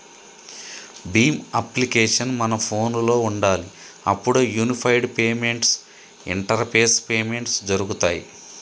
Bhim application మన ఫోనులో ఉండాలి అప్పుడే యూనిఫైడ్ పేమెంట్స్ ఇంటరపేస్ పేమెంట్స్ జరుగుతాయ్